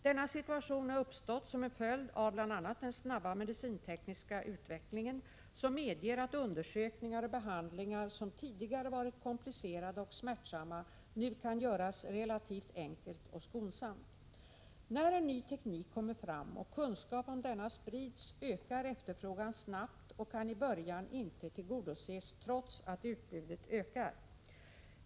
Denna situation har uppstått som en följd av bl.a. den snabba medicintekniska utvecklingen, som medger att undersökningar och behandlingar som tidigare varit komplicerade och smärtsamma nu kan göras relativt enkelt och skonsamt. När en ny teknik kommer fram och kunskap om denna sprids ökar efterfrågan snabbt och kan i början inte tillgodoses trots att utbudet ökar.